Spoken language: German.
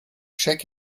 check